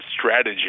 strategy